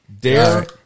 dare